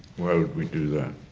why would we do that?